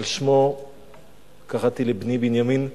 על שמו קראתי לבני בנימין,